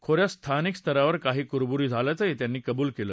खोऱ्यात स्थानिक स्तरावर काही कुरबुरी झाल्याचंही त्यांनी कबूल केलं